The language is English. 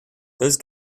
those